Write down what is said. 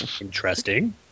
Interesting